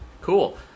cool